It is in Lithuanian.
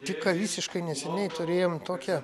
tik ką visiškai neseniai turėjom tokią